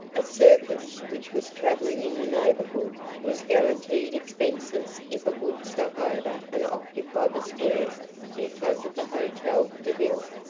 a circus, which was traveling in the neighborhood, was guaranteed expenses if it would stop over and occupy the square in front of the hotel de ville.